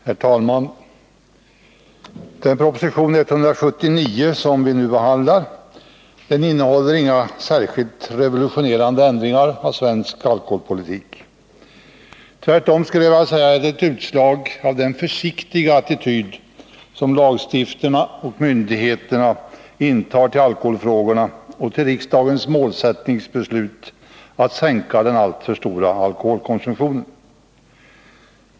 Herr talman! Den proposition, nr 1980/81:179, som vi i dag behandlar innehåller inga särskilt revolutionerande ändringar av svensk alkoholpolitik. Tvärtom är den ett utslag av den försiktiga attityd som lagstiftarna och myndigheterna intar till alkoholfrågorna och till riksdagens målsättningsbeslut att sänka den alltför stora alkoholkonsumtionen.